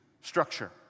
structure